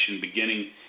beginning